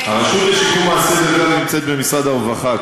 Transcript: הרשות לשיקום האסיר בדרך כלל נמצאת במשרד הרווחה,